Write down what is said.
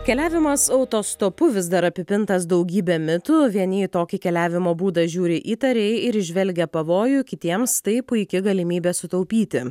keliavimas autostopu vis dar apipintas daugybe mitų vieni į tokį keliavimo būdą žiūri įtariai ir įžvelgia pavojų kitiems tai puiki galimybė sutaupyti